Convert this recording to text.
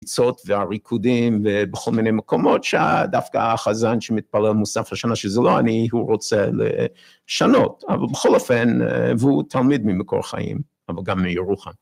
הקפיצות והריקודים ובכל מיני מקומות, שדווקא החזן שמתפלל מוסף לשנה שזה לא אני, הוא רוצה לשנות. אבל בכל אופן, והוא תלמיד ממקור חיים, אבל גם מירוחם.